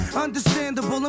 Understandable